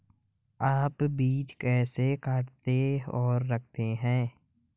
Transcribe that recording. आप बीज कैसे काटते और रखते हैं?